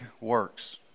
works